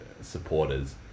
supporters